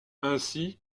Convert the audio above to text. ainsi